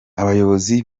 abayobozi